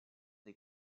des